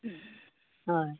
হয়